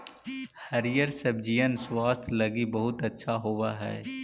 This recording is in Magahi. हरिअर सब्जिअन स्वास्थ्य लागी बहुत अच्छा होब हई